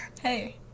Hey